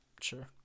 Sure